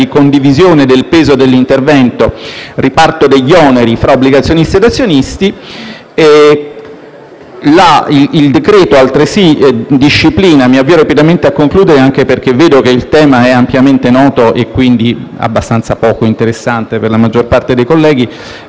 di condivisione del peso dell'intervento, ovvero di riparto degli oneri tra obbligazionisti e azionisti. Mi avvio rapidamente a concludere, anche perché vedo che il tema è ampiamente noto e anche abbastanza poco interessante per la maggior parte dei colleghi.